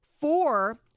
four